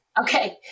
Okay